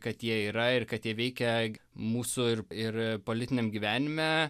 kad jie yra ir kad jie veikia mūsų ir ir a politiniam gyvenime